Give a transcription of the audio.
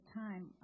time